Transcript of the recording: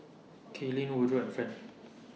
Kaylynn Woodroe and Friend